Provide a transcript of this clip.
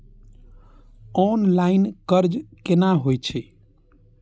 Online कर्ज केना होई छै?